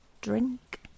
Drink